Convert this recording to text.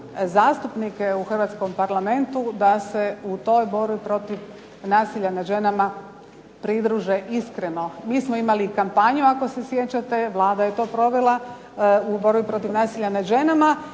zastupnike u Hrvatskom parlamentu da se u toj borbi nasilja nad ženama pridruže iskreno. MI smo imali kampanju ako se sjećate, Vlada je to provela u borbi protiv nasilja nad ženama